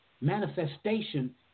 Manifestation